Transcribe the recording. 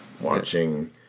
watching